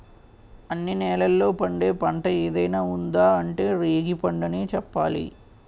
అన్ని నేలల్లో పండే పంట ఏదైనా ఉందా అంటే రేగిపండనే చెప్పాలి